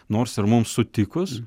nors ir mums sutikus